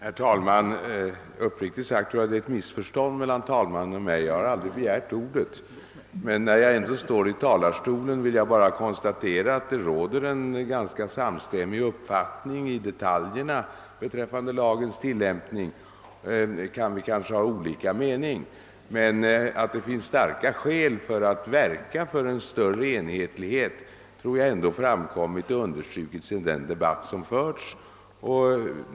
Herr talman! Uppriktigt sagt tror jag att det föreligger ett missförstånd mellan herr talmannen och mig. Jag har aldrig begärt ordet, men när jag nu ändå står i talarstolen vill jag konstalera att det råder en ganska samstämmig uppfattning om detaljerna. Beträffande lagens tillämpning kan vi kanske ha olika meningar. Att det finns starka skäl att verka för större enhetlighet har ändå framkommit och understrukits i den debatt som har förts.